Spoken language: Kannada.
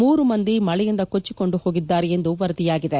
ಮೂರು ಮಂದಿ ಮಳೆಯಿಂದ ಕೊಚ್ಚಿಕೊಂಡು ಹೋಗಿದ್ದಾರೆ ಎಂದು ವರದಿಯಾಗಿದೆ